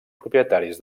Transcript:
propietaris